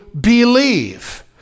believe